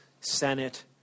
senate